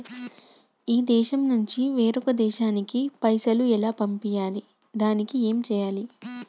ఈ దేశం నుంచి వేరొక దేశానికి పైసలు ఎలా పంపియ్యాలి? దానికి ఏం చేయాలి?